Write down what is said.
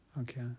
Okay